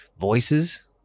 Voices